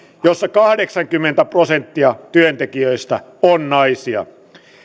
jossa kahdeksankymmentä prosenttia työntekijöistä on naisia